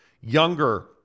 Younger